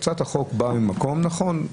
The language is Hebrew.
הצעת החוק באה ממקום נכון,